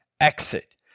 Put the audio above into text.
exit